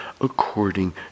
according